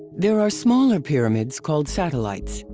there are smaller pyramids called satellites,